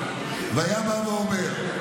והיה בא ואומר: